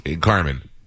Carmen